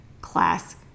class